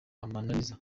amananiza